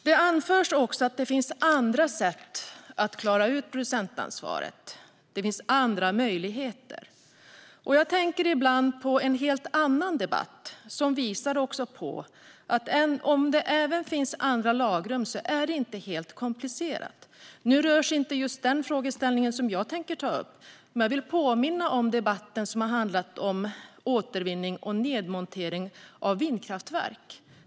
Det anförs också att det finns andra sätt och andra möjligheter att klara producentansvaret. Jag tänker ibland på en helt annan debatt som visar att det, även om det finns andra lagrum, inte är helt okomplicerat. Just den frågeställning som jag tänker ta upp berörs inte här, men jag vill påminna om debatten om återvinning och nedmontering av vindkraftverk.